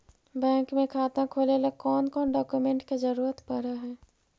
Bank में खाता खोले ल कौन कौन डाउकमेंट के जरूरत पड़ है?